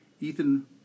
Ethan